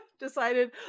Decided